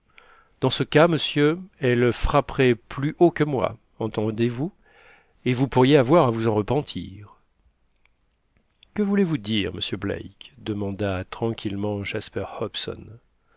dans ce cas monsieur elle frapperait plus haut que moi entendez-vous et vous pourriez avoir à vous en repentir que voulez-vous dire monsieur black demanda tranquillement jasper hobson